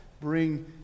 bring